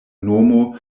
nomo